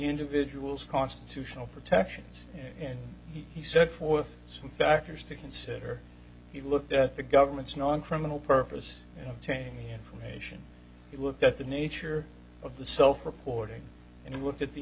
individual's constitutional protections and he set forth some factors to consider he looked at the government's non criminal purpose and obtained information it looked at the nature of the self reporting and looked at the